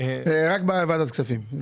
רק בוועדת כספים.